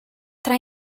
tra